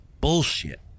bullshit